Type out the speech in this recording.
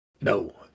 No